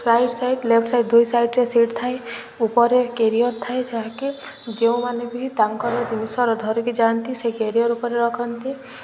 right side left side ଦୁଇ ସାଇଡ୍ରେେ seat ଥାଏ ଉପରେ କ୍ୟାରିଅର ଥାଏ ଯାହାକି ଯେଉଁମାନେ ବି ତାଙ୍କର ଜିନିଷ ଧରିକି ଯାଆନ୍ତି ସେ କ୍ୟାରିଅର ଉପରେ ରଖନ୍ତି